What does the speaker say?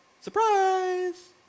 Surprise